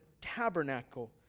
tabernacle